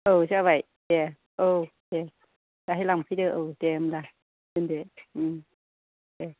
औ जाबाय दे औ दे दाहाय लांफैदो औ दे होनब्ला दोनदो दे